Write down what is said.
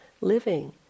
living